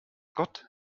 gott